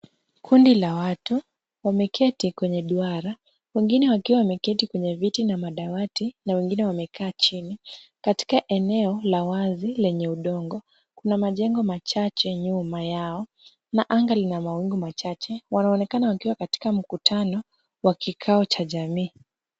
Kundi la watu wameketi kwenye duara, wengine wakiwa wameketi kwenye viti na madawati na wengine wamekaa chini katika eneo la wazi lenye udongo. kuna majengo machache nyuma yao na anga lina mawingu machache. wanaonekana wakiwa katika mkutano wa kikao cha jamii.